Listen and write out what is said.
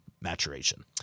maturation